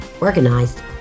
organized